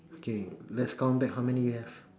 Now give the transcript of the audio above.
okay let's count back how many you have